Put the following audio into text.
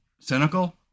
cynical